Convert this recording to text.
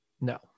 no